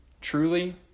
Truly